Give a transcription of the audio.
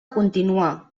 continuar